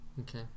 Okay